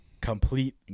complete